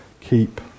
keep